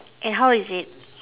and how is it